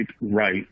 right